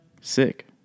Sick